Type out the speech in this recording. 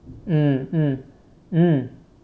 mm mm mm